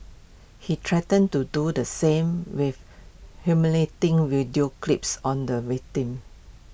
he threatened to do the same with humiliating video clips on the victim